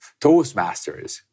Toastmasters